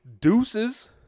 Deuces